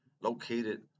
Located